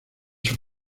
sus